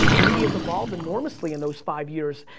media's evolved enormously in those five years.